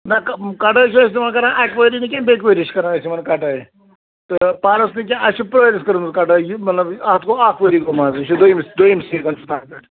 نَہ کَم کَٹٲے چھِ أسۍ یِمن کَران اَکہِ ؤری نہَ کیٚنٛہہ بٮ۪کہِ ؤری چھِ کَران أسۍ یِمن کَٹٲے تہٕ پانس نہٕ کیٚنٛہہ اَسہِ چھِ پرٛٲریُس کٔرمٕژ کَٹٲے یہِ مطلب یہِ اَتھ گوٚو اَکھ ؤری گوٚو مَنٛزٕ یہِ چھُ دوٚیمِس دوٚیِم سیٖزن چھُ تَنہٕ پٮ۪ٹھ